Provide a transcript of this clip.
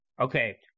okay